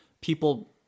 people